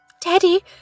Daddy